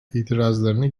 itirazlarını